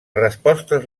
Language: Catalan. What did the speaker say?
respostes